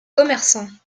commerçants